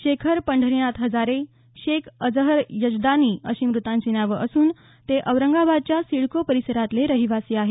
शेखर पंढरीनाथ हजारे शेख अजहर यजदानी अशी मृतांची नावं असून ते औरंगाबादच्या सिडको परिसरातले रहिवासी आहेत